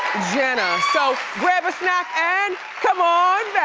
jenna. so grab a snack and come on